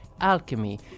alchemy